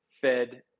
Fed